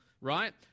Right